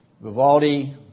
Vivaldi